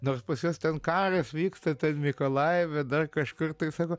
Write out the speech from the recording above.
nors pas juos ten karas vyksta ten mykolajive dar kažkur tai sako